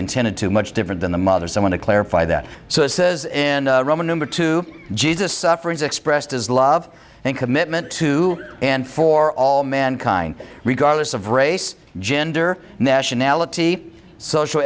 intended to much different than the mother so i want to clarify that so it says in roman number two jesus suffering is expressed as love and commitment to and for all mankind regardless of race gender nationality social